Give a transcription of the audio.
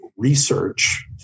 research